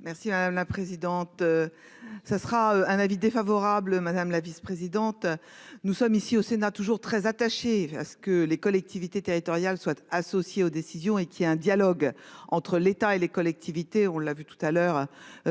Merci à la présidente. Ça sera un avis défavorable. Madame la vice-présidente. Nous sommes ici au Sénat, toujours très attaché à ce que les collectivités territoriales soient associés aux décisions et qu'il y ait un dialogue entre l'État et les collectivités. On l'a vu tout à l'heure